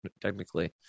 technically